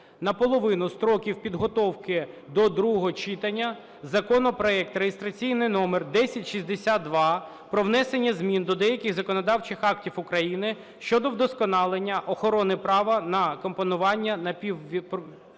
на половину строків підготовки до другого читання законопроект (реєстраційний номер 1062) про внесення змін до деяких законодавчих актів України щодо вдосконалення охорони права на компонування напівпровідникових